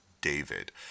David